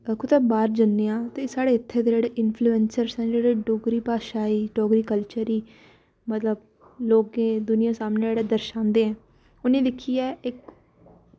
जां कुदै बाह्र जन्ने आं ते साढ़े इत्थै दे जेह्ड़े इंफ्यूलेंसर न जेह्ड़े डोगरी भाशा गी डोगरी कल्चर गी मतलब लोकें गी दुनियां दे सामनै जेह्ड़े दर्शांदे उ'नें गी दिक्खियै इक्क